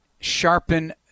sharpen –